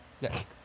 Yes